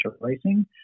racing